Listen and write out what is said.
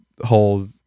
whole